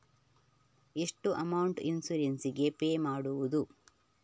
ಎಷ್ಟು amount insurance ಗೇ pay ಮಾಡುವುದು?